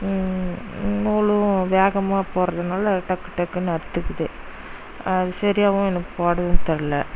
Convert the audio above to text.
நூலும் வேகமாக போகிறதுனால டக்கு டக்குன்னு அறுத்துக்குது அது சரியாவும் எனக்கு போடவும் தெரில